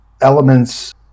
elements